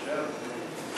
סעיפים 1 2